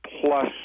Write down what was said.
plus